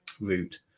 route